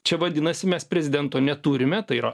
čia vadinasi mes prezidento neturime tai yra